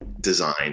design